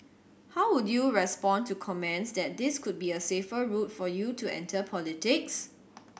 how would you respond to comments that this could be a safer route for you to enter politics